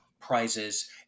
prizes